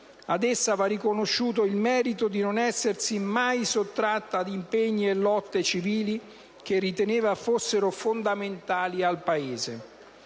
ad essa va riconosciuto il merito di non essersi mai sottratta ad impegni e lotte civili che riteneva fossero fondamentali al Paese.